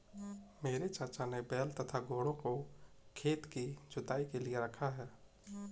मेरे चाचा ने बैल तथा घोड़ों को खेत की जुताई के लिए रखा है